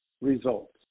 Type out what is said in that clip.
results